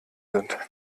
sind